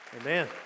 Amen